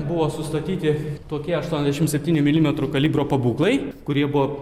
buvo sustatyti tokie aštuoniasdešim septynių milimetrų kalibro pabūklai kurie buvo